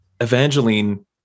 evangeline